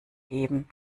geben